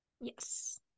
Yes